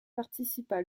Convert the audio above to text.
participa